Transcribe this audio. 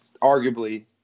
arguably